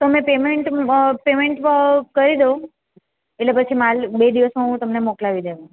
તો તમે payment payment કરી દો એટલે પછી માલ બે દિવસમાં હું તમને મોકલાવી દઈશ